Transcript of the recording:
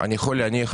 אני יכול להניח,